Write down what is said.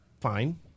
fine